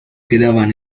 quedaban